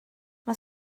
mae